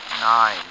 Nine